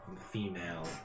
female